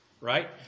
right